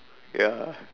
ya